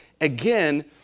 again